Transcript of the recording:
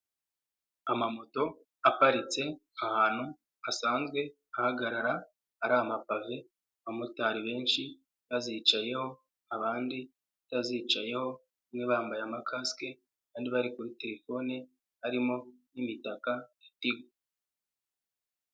Amamoto aparitse ahantu hasanzwe hagarara ari amapave abamotari benshi bazicayeho, abandi batazicayeho bamwe bambaye amakasike abandi bari kuri terefone harimo n'imitaka...